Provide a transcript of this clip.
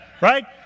right